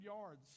yards